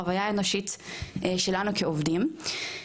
חוויה אנושית שלנו כעובדים.